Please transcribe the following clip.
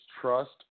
trust